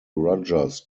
rogers